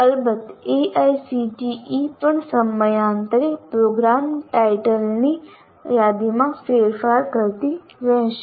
અલબત્ત AICTE પણ સમયાંતરે પ્રોગ્રામ ટાઇટલની યાદીમાં ફેરફાર કરતી રહેશે